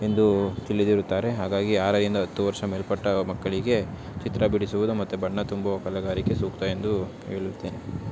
ಎಂದು ತಿಳಿದಿರುತ್ತಾರೆ ಹಾಗಾಗಿ ಆರರಿಂದ ಹತ್ತು ವರ್ಷ ಮೇಲ್ಪಟ್ಟ ಮಕ್ಕಳಿಗೆ ಚಿತ್ರ ಬಿಡಿಸುವುದು ಮತ್ತು ಬಣ್ಣ ತುಂಬುವ ಕಲೆಗಾರಿಕೆ ಸೂಕ್ತ ಎಂದು ಹೇಳುತ್ತೇನೆ